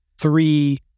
three